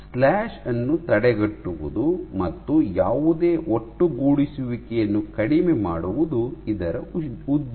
slash ಅನ್ನು ತಡೆಗಟ್ಟುವುದು ಮತ್ತು ಯಾವುದೇ ಒಟ್ಟುಗೂಡಿಸುವಿಕೆಯನ್ನು ಕಡಿಮೆ ಮಾಡುವುದು ಇದರ ಉದ್ದೇಶ